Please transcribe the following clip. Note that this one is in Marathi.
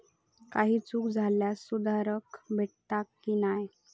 काही चूक झाल्यास सुधारक भेटता की नाय?